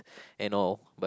and all but